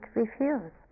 refuse